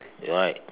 you're right